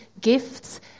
Gifts